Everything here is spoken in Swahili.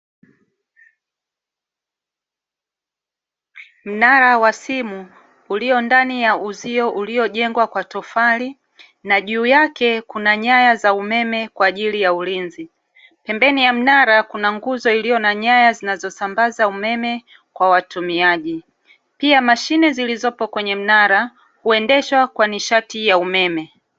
Mnara wa simu ulio ndani ya uzio uliojengwa kwa tofali na juu yake kuna nyaya za umeme kwa ajili ya ulinzi. Pembeni ya mnara kuna nguzo iliyo na nyaya zinazosambaza umeme kwa watumiaji. Pia mashine zilizopo kwenye mnara, huendeshwa kwa nishati ya umeme.